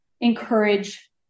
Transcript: encourage